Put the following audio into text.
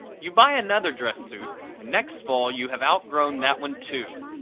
you buy another dress-suit and next fall you have out-grown that one too.